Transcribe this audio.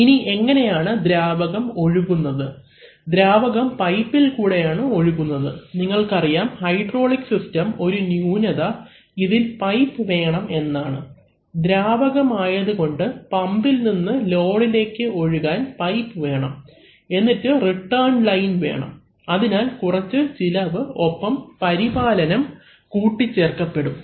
ഇനി എങ്ങനെയാണ് ദ്രാവകം ഒഴുകുന്നത് ദ്രാവകം പൈപ്പിൽ കൂടെയാണ് ഒഴുകുന്നത് നിങ്ങൾക്കറിയാം ഹൈഡ്രോളിക് സിസ്റ്റം ഒരു ന്യൂനത ഇതിൽ പൈപ്പ് വേണം എന്നതാണ് ദ്രാവകം ആയതുകൊണ്ട് പമ്പിൽ നിന്ന് ലോഡിലേക്ക് ഒഴുകാൻ പൈപ്പ് വേണം എന്നിട്ട് റിട്ടേൺ ലൈൻ വേണം അതിനാൽ കുറച്ച് ചിലവ് ഒപ്പം പരിപാലനം കൂട്ടിച്ചേർക്കപെടും